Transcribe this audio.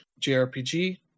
JRPG